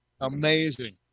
amazing